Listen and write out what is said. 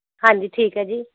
ਹਾਂਜੀ ਠੀਕ ਹੈ ਜੀ